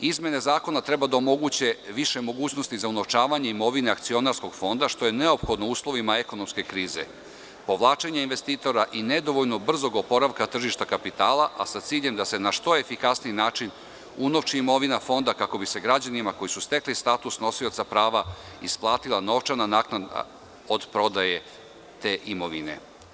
Izmene zakona treba da omoguće više mogućnosti za unovčavanje imovine Akcionarskog fonda, što je neophodno u uslovima ekonomske krize, povlačenje investitora i nedovoljno brzog oporavka tržišta kapitala, a sa ciljem da se na što efikasniji način unovči imovina Fonda, kako bi se građanima koji su stekli status nosioca prava isplatila novčana naknada od prodaje te imovine.